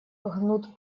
гнут